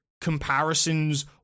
comparisons